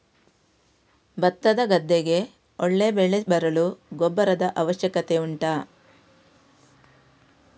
ಭತ್ತದ ಗದ್ದೆಗೆ ಒಳ್ಳೆ ಬೆಳೆ ಬರಲು ಗೊಬ್ಬರದ ಅವಶ್ಯಕತೆ ಉಂಟಾ